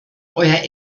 euer